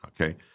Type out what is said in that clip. okay